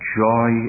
joy